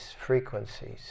frequencies